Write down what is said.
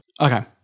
Okay